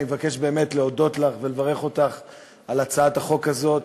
אני מבקש באמת להודות לך ולברך אותך על הצעת החוק הזאת,